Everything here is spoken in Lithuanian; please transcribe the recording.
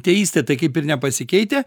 tie įstatai kaip ir nepasikeitę